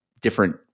different